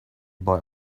boy